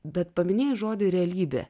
bet paminėjus žodį realybė